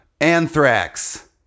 Anthrax